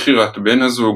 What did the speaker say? בחירת בן הזוג,